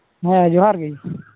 ᱦᱮᱸ ᱡᱚᱦᱟᱨᱜᱮ